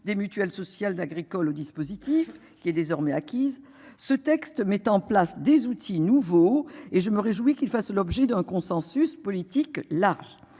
des Mutuelle sociale agricole au dispositif qui est désormais acquise. Ce texte met en place des outils nouveaux et je me réjouis qu'il fasse l'objet d'un consensus politique large